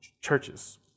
churches